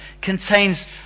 contains